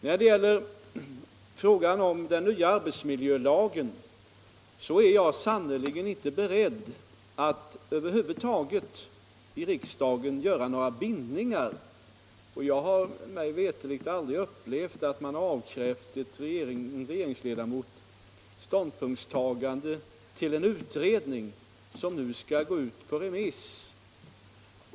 När det gäller den nya arbetsmiljölagen är jag inte beredd att över huvud taget göra några bindningar. Det har mig veterligt aldrig förekommit att man avkrävt en regeringsledamot ståndpunktstaganden till en utredning som skall gå ut på remiss.